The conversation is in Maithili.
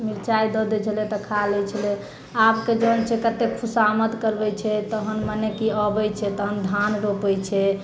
मिरचाइ दऽ दै छलै तऽ खा लै छलै आबके जन छै कते खुशामद करबैत छै तहन माने की अबैत छै तहन धान रोपैत छै